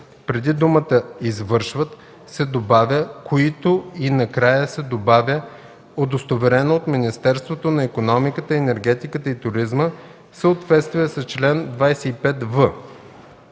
преди думата „извършват” се добавя „които” и накрая се добавя „удостоверено от Министерството на икономиката, енергетиката и туризма в съответствие с чл. 25в”;